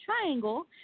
triangle